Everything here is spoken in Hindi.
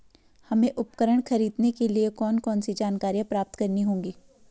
हमें उपकरण खरीदने के लिए कौन कौन सी जानकारियां प्राप्त करनी होगी?